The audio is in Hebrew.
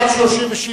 בעד, 37,